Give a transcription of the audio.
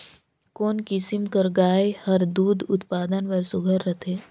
कोन किसम कर गाय हर दूध उत्पादन बर सुघ्घर रथे?